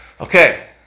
Okay